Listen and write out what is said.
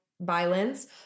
violence